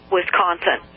Wisconsin